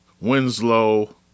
Winslow